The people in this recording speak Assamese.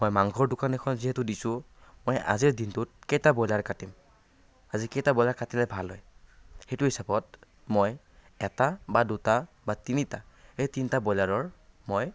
মই মাংসৰ দোকান এখন যিহেতু দিছোঁ মই আজিৰ দিনটোত কেইটা ব্ৰইলাৰ কাটিম আজি কেইটা ব্ৰইলাৰ কাটিলে ভাল হয় সেইটো হিচাপত মই এটা বা দুটা বা তিনিটা সেই তিনিটা ব্ৰইলাৰৰ মই